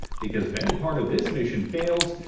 because if any part of this mission fails?